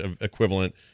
equivalent